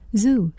zoo